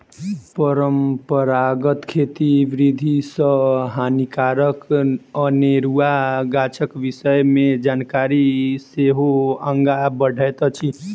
परंपरागत खेती पद्धति सॅ हानिकारक अनेरुआ गाछक विषय मे जानकारी सेहो आगाँ बढ़ैत अछि